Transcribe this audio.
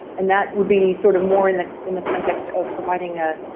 and that would be sort of more in the in the context of providing a